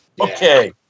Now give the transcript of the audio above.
okay